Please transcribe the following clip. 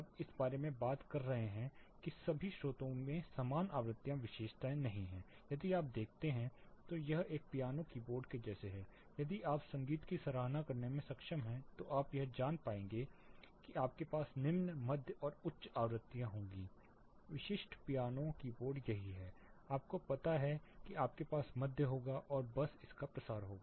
अब इस बारे में बात कर रहे हैं कि सभी स्रोतों में समान आवृत्ति विशेषताएँ नहीं हैं यदि आप इसे देखते हैं तो यह एक पियानो कीबोर्ड के जैसे हैं यदि आप संगीत की सराहना करने में सक्षम हैं तो आप जान पाएंगे कि आपके पास निम्न मध्य और उच्च आवृत्तियों होंगे विशिष्ट पियानो कीबोर्ड यही है आपको पता है कि आपके पास मध्य होगा और बस इसका प्रसार होगा